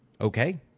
okay